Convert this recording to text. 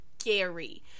scary